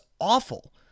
awful